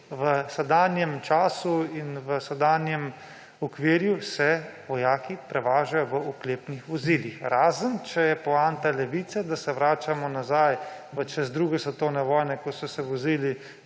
V sedanjem času in v sedanjem okviru se vojaki prevažajo v oklepnih vozilih. Razen če je poanta Levice, da se vračamo nazaj v čas druge svetovne vojne, ko so se vozili